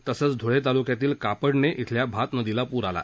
तसंच धुळे तालुक्यातील कापडणे इथल्या भातनदीला पूर आला